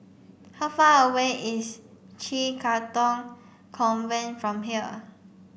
how far away is CHIJ Katong Convent from here